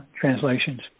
translations